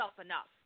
enough